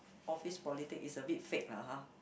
office politic is a bit fake lah ha